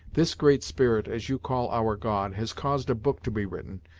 this great spirit, as you call our god, has caused a book to be written,